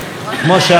כמו שאמרת,